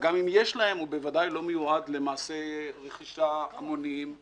וגם אם יש להם הוא בוודאי לא מיועד למעשי רכישה המוניים כאלה.